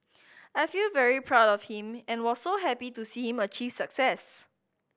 I feel very proud of him and was so happy to see him achieve success